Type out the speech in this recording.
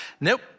Nope